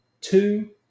two